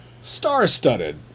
star-studded